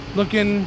looking